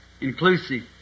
inclusive